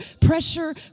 pressure